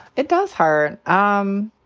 it does hurt. um